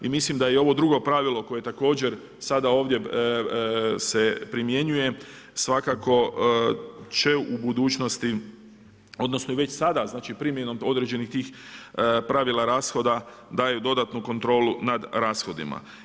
I mislim da je ovo drugo pravilo koje također sada ovdje se primjenjuje svakako će u budućnosti, odnosno već sada primjenom određenih tih pravila rashoda daju dodatnu kontrolu nad rashodima.